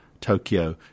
Tokyo